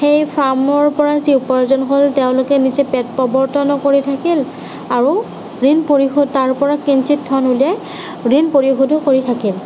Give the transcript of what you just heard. সেই ফাৰ্মৰ পৰা যি উপাৰ্জন হ'ল তেওঁলোকে নিজে পেট প্ৰবৰ্তনো কৰি থাকিল আৰু ঋণ পৰিশোধ তাৰ পৰা কিঞ্চিত ধন উলিয়াই ঋণ পৰিশোধো কৰি থাকিল